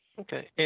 Okay